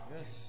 Yes